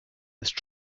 ist